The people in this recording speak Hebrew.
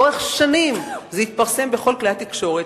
לאורך שנים זה התפרסם בכל כלי התקשורת,